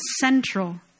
central